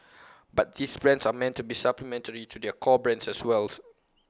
but these brands are meant to be supplementary to their core brands as well